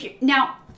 now